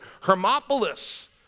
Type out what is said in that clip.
Hermopolis